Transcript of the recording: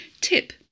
Tip